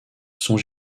sont